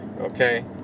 okay